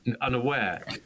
unaware